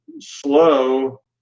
slow